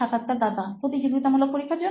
সাক্ষাৎকারদাতা প্রতিযোগিতামূলক পরীক্ষার জন্য